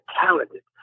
talented